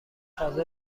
تازه